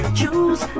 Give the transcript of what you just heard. choose